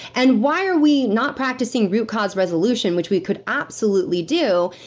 and why are we not practicing root cause resolution, which we could absolutely do,